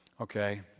okay